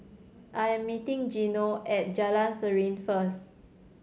I'm meeting Gino at Jalan Serene first